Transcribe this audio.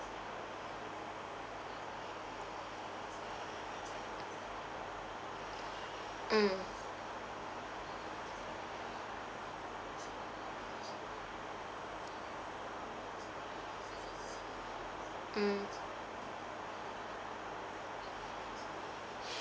mm mm mm mm mm